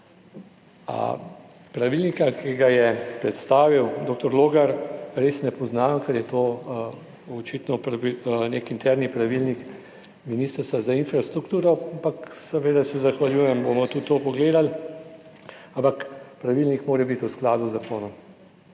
Pravilnika, ki ga je predstavil dr. Logar, res ne poznam, ker je to očitno nek interni pravilnik Ministrstva za infrastrukturo, ampak seveda se zahvaljujem, bomo tudi to pogledali. Ampak pravilnik mora biti v skladu z zakonom,